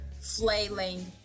flailing